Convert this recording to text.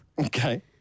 Okay